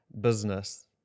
business